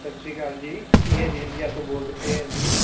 ਸਤਿ ਸ਼੍ਰੀ ਅਕਾਲ ਜੀ ਏਅਰ ਇੰਡੀਆ ਤੋਂ ਬੋਲਦੇ ਪਏ ਆ ਜੀ